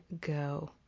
go